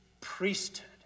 priesthood